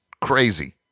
Crazy